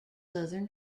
southern